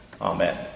Amen